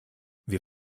wir